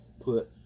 put